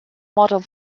modern